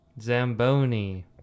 Zamboni